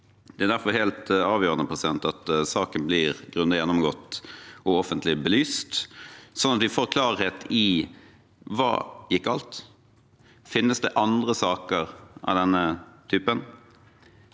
Det er derfor helt avgjørende at saken blir grundig gjennomgått og offentlig belyst, sånn at vi får klarhet i: Hva gikk galt? Finnes det andre saker av denne typen?